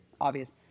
obvious